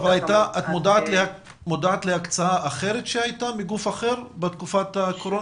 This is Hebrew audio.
את מודעת להקצאה אחרת שהייתה בתקופת הקורונה?